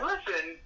Listen